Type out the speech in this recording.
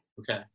okay